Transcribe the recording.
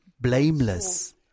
blameless